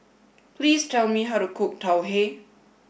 please tell me how to cook Tau Huay